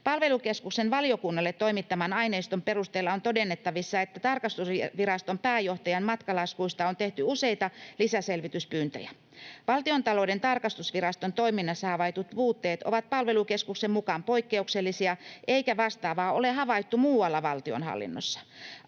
Palvelukeskuksen valiokunnalle toimittaman aineiston perusteella on todennettavissa, että tarkastusviraston pääjohtajan matkalaskuista on tehty useita lisäselvityspyyntöjä. Valtiontalouden tarkastusviraston toiminnassa havaitut puutteet ovat palvelukeskuksen mukaan poikkeuksellisia eikä vastaavaa ole havaittu muualla valtionhallinnossa.